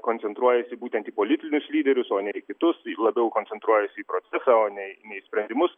koncentruojasi būtent į politinius lyderius o ne į kitus labiau koncentruojasi į procesą o ne ne į sprendimus